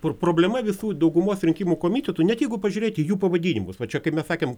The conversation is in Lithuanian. kur problema visų daugumos rinkimų komitetų net jeigu pažiūrėti į jų pavadinimus va čia kaip mes sakėm